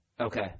Okay